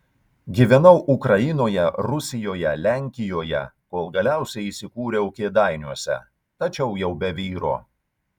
gyvenau ukrainoje rusijoje lenkijoje kol galiausiai įsikūriau kėdainiuose tačiau jau be vyro